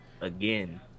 again